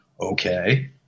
okay